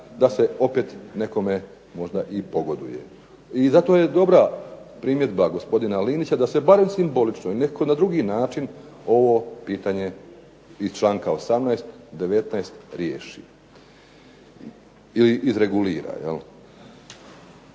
da se opet nekome možda i pogoduje. I zato je dobra primjedba gospodina Linića da se barem simbolično ili nekako na drugi način ovo pitanje iz članka 18., 19. riješi ili izregulira.